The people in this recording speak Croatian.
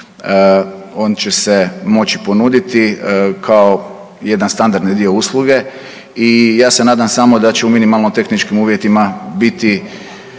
on će se moći ponuditi kao jedan standardni dio usluge i ja se nadam samo da će u minimalno tehničkim uvjetima biti